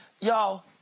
Y'all